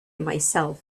myself